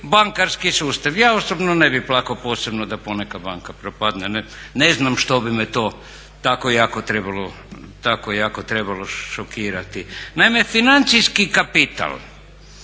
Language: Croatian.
bankarski sustav. Ja osobno ne bih plakao posebno da poneka banka propadne, ne znam što bi me to tako jako trebalo šokirati. Naime, financijski kapital